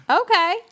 Okay